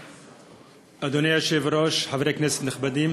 אדוני היושב-ראש, חברי כנסת נכבדים,